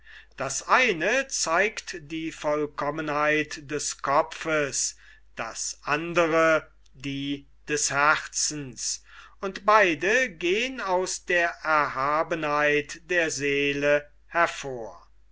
das eine zeigt die vollkommenheit des kopfes das andere die des herzens und beide gehen aus der erhabenheit der seele hervor